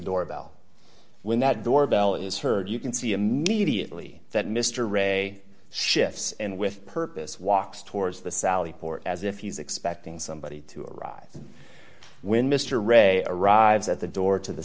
doorbell when that door bell is heard you can see immediately that mr ray shifts and with purpose walks towards the sally port as if he's expecting somebody to arrive when mr ray a ride at the door to the